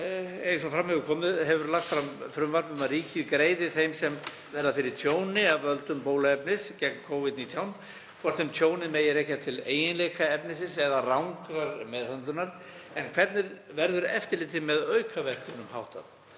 fram hefur komið hefur ráðherra lagt fram frumvarp um að ríkið greiði þeim sem verða fyrir tjóni af völdum bóluefnis gegn Covid-19, hvort sem tjónið megi rekja til eiginleika efnisins eða rangrar meðhöndlunar. En hvernig verður eftirliti með aukaverkunum háttað?